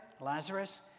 Lazarus